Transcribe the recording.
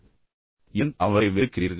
நீங்கள் ஏன் அந்த நபரை வெறுக்கிறீர்கள்